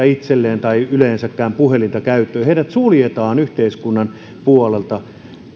itselleen tai yleensäkään puhelinta käyttöön heidät suljetaan yhteiskunnan puolelta